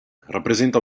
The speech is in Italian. rappresenta